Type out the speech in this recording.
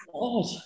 God